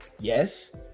yes